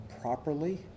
properly